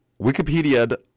wikipedia